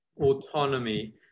autonomy